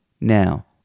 Now